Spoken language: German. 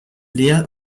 lea